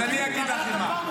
אז אני אגיד לך מה,